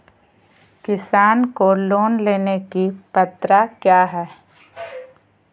किसान को लोन लेने की पत्रा क्या है?